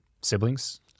Siblings